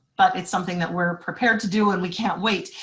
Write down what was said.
but it's something that we're prepared to do and we can't wait.